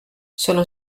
sono